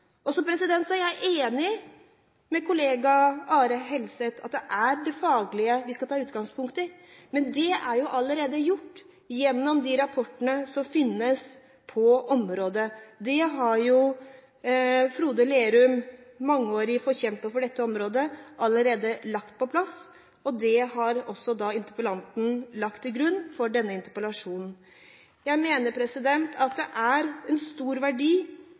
er enig med kollega Are Helseth i at det er det faglige vi skal ta utgangspunkt i. Men det er allerede gjort gjennom de rapportene som finnes på området. Det har jo Frode Lærum, mangeårig forkjemper på dette området, allerede lagt på plass, og det har interpellanten lagt til grunn for denne interpellasjonen. Jeg mener at det er av stor verdi